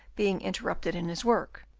being interrupted in his work,